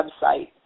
website